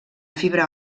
fibra